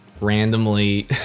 randomly